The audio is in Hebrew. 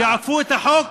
שיעקפו את חוק